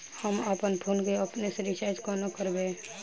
हम अप्पन फोन केँ अपने सँ रिचार्ज कोना करबै?